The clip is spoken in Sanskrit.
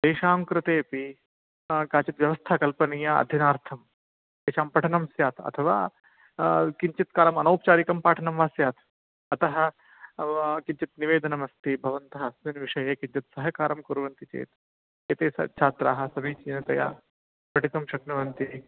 तेषां कृतेपि का काचिद् व्यवस्था कल्पनीया अध्ययनार्थं तेषां पठनं स्यात् अथवा किञ्चित् कालम् अनौपचारिकं पाठनं वा स्यात् अतः किञ्चित् निवेदनमस्ति भवन्तः अस्मिन् विषये किञ्चित् सहकारं कुर्वन्ति चेत् एते स् छात्राः समीचीनतया पठितुं शक्नुवन्ति